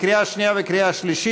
לקריאה שנייה ולקריאה שלישית.